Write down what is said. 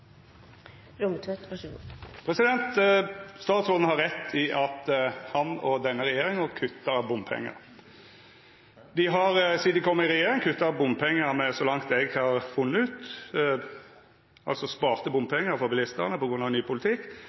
Statsråden har rett i at han og denne regjeringa kuttar bompengar. Dei har sidan dei kom i regjering, kutta bompengar med, så langt eg har funne ut – altså sparte bompengar for bilistane grunna ny politikk